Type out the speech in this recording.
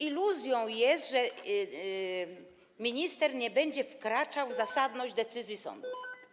Iluzją jest, że minister nie będzie wkraczał w zasadność decyzji sądów.